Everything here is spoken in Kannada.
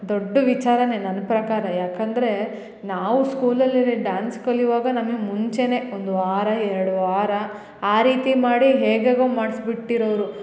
ದೊಡ್ಡ ವಿಚಾರವೇ ನನ್ನ ಪ್ರಕಾರ ಯಾಕೆಂದರೆ ನಾವು ಸ್ಕೂಲಲ್ಲಿರೆ ಡಾನ್ಸ್ ಕಲಿವಾಗ ನಮಗೆ ಮುಂಚೆ ಒಂದು ವಾರ ಎರಡು ವಾರ ಆ ರೀತಿ ಮಾಡಿ ಹೇಗೆ ಮಾಡ್ಸಿ ಬಿಟ್ಟಿರೋರು